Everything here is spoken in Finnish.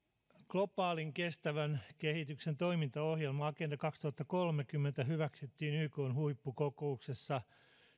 globaalin kestävän kehityksen toimintaohjelma agenda kaksituhattakolmekymmentä hyväksyttiin ykn huippukokouksessa